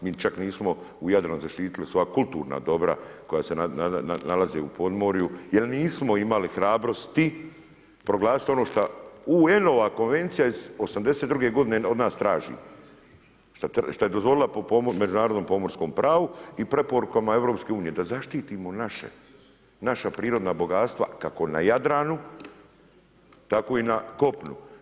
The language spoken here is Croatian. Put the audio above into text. Mi čak nismo u Jadranu zaštitili svoja kulturna dobra koja se nalaze u podmorju jer nismo imali hrabrosti proglasiti ono šta UN Konvencija iz '82. godine od nas traži, što je dozvolila po međunarodnom pomorskom pravu i preporukama EU da zaštitimo naše, naša prirodna bogatstva kako na Jadranu tako i na kopnu.